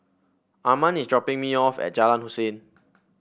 Arman is dropping me off at Jalan Hussein